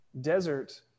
desert